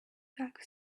pack